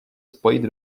spojit